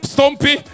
Stumpy